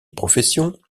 profession